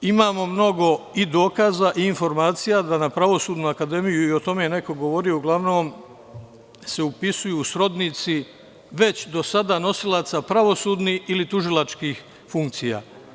Imamo mnogo i dokaza i informacija da na Pravosudnu akademiju, i o tome je neko govorio, uglavnom se upisuju srodnici već do sada nosilaca pravosudnih ili tužilačkih funkcija.